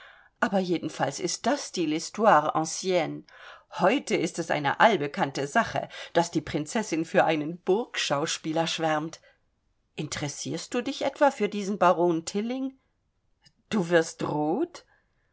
aber jedenfalls ist das de l'histoire ancienne heute ist es eine allbekannte sache daß die prinzessin für einen burgschauspieler schwärmt interessierst du dich etwa für diesen baron tilling du wirst rot